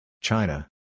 China